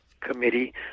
committee